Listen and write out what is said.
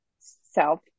self